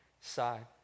side